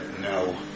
no